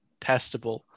testable